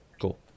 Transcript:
Cool